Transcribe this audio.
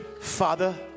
Father